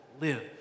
live